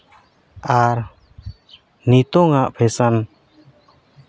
ᱟᱨ ᱱᱤᱛᱚᱝ ᱟᱜ ᱯᱷᱮᱥᱮᱱ